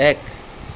এক